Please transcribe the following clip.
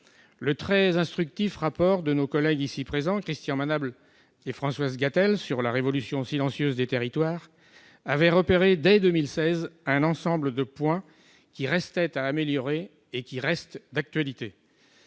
très instructif de nos collègues, ici présents, Christian Manable et Françoise Gatel, sur la « révolution silencieuse » des territoires avait repéré, dès 2016, un ensemble de points qui restaient à améliorer et qui demeurent d'actualité.